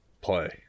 play